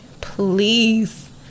please